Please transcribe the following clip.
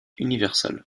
universal